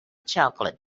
chocolate